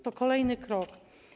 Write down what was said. To kolejny krok.